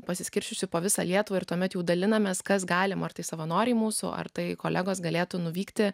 pasiskirsčiusi po visą lietuvą ir tuomet jau dalinamės kas galima ar tai savanoriai mūsų ar tai kolegos galėtų nuvykti